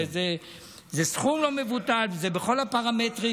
זה סכום לא מבוטל, וזה בכל הפרמטרים.